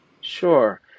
Sure